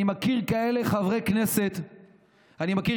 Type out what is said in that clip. אני מכיר כאלה חברי כנסת ואני מכיר